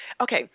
Okay